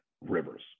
Rivers